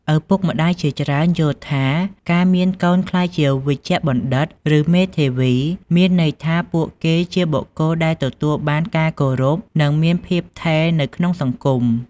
ឪពុកម្ដាយជាច្រើនយល់ថា ការមានកូនក្លាយជាវេជ្ជបណ្ឌិត ឬមេធាវី មានន័យថាពួកគេជាបុគ្គលដែលទទួលបានការគោរព និងមានភាពថេរនៅក្នុងសង្គម។